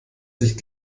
sich